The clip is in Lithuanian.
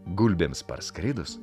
gulbėms parskridus